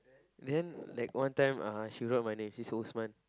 then like one time uh she wrote my name she said Usman